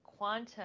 Quantum